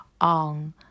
on